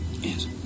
Yes